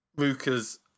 Luca's